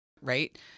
Right